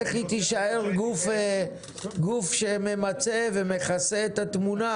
איך היא תישאר גוף שממצה ומכסה את התמונה